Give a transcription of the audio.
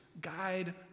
guide